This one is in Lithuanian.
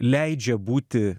leidžia būti